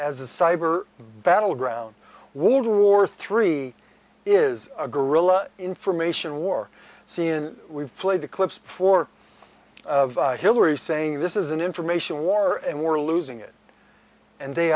a cyber battleground world war three is a guerrilla information war seon we've played the clips for hillary saying this is an information war and we're losing it and they